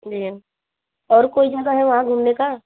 जी और कोई जगह है वहाँ घूमने का